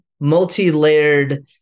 multi-layered